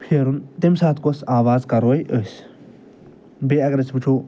پھیرُن تَمہِ ساتہٕ کۄس آواز کَروَے أسۍ بیٚیہِ اَگر أسۍ وٕچھو